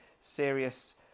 serious